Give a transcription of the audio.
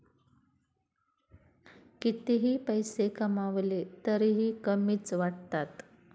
कितीही पैसे कमावले तरीही कमीच वाटतात